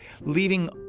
leaving